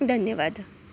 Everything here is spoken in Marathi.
धन्यवाद